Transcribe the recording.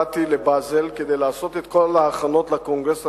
באתי לבאזל כדי לעשות את כל ההכנות לקונגרס הראשון.